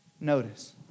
Notice